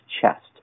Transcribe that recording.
chest